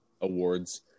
awards